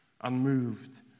unmoved